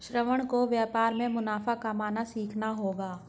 श्रवण को व्यापार में मुनाफा कमाना सीखना होगा